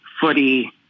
footy